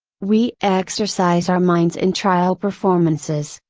we exercise our minds in trial performances,